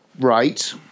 Right